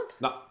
No